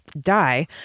die